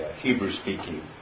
Hebrew-speaking